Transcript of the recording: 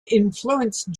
influenced